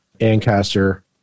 Ancaster